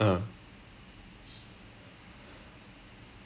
and everything I was still going to university normally